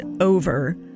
over